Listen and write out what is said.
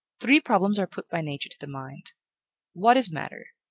three problems are put by nature to the mind what is matter?